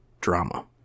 drama